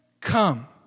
come